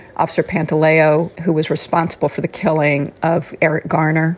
officer pantaleo, who was responsible for the killing of eric garner